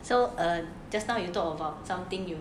so err just now you talk about something you